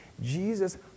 Jesus